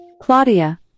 Claudia